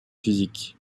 physique